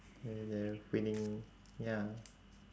and then winning ya